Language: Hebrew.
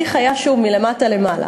ההליך היה, שוב, מלמטה למעלה.